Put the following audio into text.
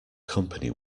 company